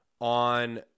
on